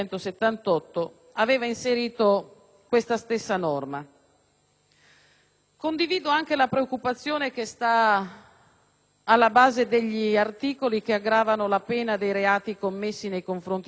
Condivido anche la preoccupazione che sta alla base degli articoli che aggravano la pena per i reati commessi nei confronti dei minori se compiuti nei luoghi da questi frequentati,